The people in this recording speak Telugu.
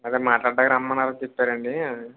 అదే మాట్లాడ్డానికి రమ్మన్నారని చెప్పారండీ